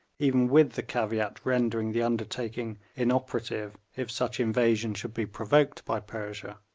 even with the caveat rendering the undertaking inoperative if such invasion should be provoked by persia.